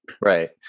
Right